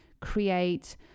create